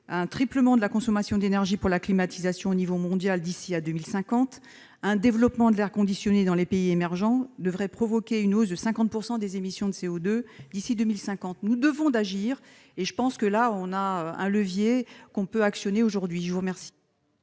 un triplement de la consommation d'énergie pour la climatisation au niveau mondial d'ici à 2050. Le développement de l'air conditionné dans les pays émergents devrait provoquer une hausse de 50 % des émissions de CO2 d'ici à 2050. Nous devons agir, et c'est un levier que nous pouvons actionner aujourd'hui. Je mets aux voix